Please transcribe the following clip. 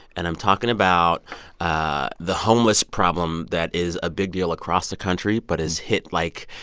and i'm talking about ah the homeless problem that is a big deal across the country but has hit, like,